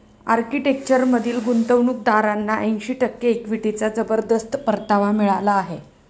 आर्किटेक्चरमधील गुंतवणूकदारांना ऐंशी टक्के इक्विटीचा जबरदस्त परतावा मिळाला आहे